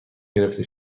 گرفته